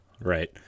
right